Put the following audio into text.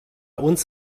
uns